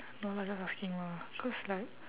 no lah just asking lah cause like